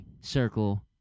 circle